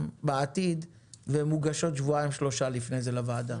בעתיד והן מוגשות שבועיים-שלושה לפני כן לוועדה.